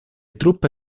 truppe